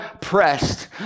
pressed